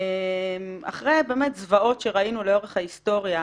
אחרי באמת זוועות שראינו לאורך ההיסטוריה.